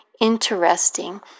interesting